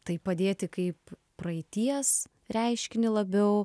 tai padėti kaip praeities reiškinį labiau